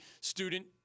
student